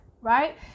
right